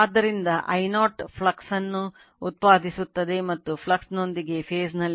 ಆದ್ದರಿಂದ I0 flux ಅನ್ನು ಉತ್ಪಾದಿಸುತ್ತದೆ ಮತ್ತು ಫ್ಲಕ್ಸ್ನೊಂದಿಗೆ ಫೇಸ್ ನಲ್ಲಿದೆ